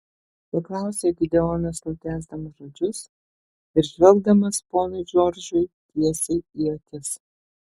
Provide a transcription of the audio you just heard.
paklausė gideonas nutęsdamas žodžius ir žvelgdamas ponui džordžui tiesiai į akis